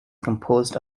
composed